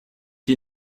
you